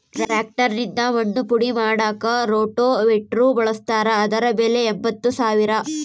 tractor ನಿಂದ ಮಣ್ಣು ಪುಡಿ ಮಾಡಾಕ ರೋಟೋವೇಟ್ರು ಬಳಸ್ತಾರ ಅದರ ಬೆಲೆ ಎಂಬತ್ತು ಸಾವಿರ